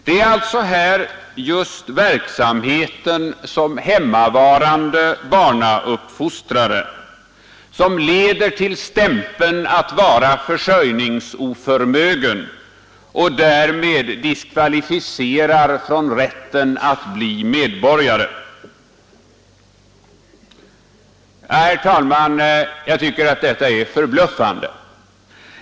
Det är alltså här just verksamheten som hemmavarande barnauppfostrare som leder till stämpeln att vara försörjningsoförmögen och därmed diskvalificerar från rätten att bli medborgare. Herr talman! Jag tycker att detta är förbluffande.